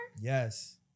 Yes